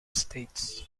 states